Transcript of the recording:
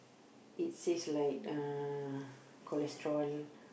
it says like uh cholesterol